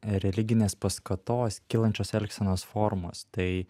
religinės paskatos kylančios elgsenos formos tai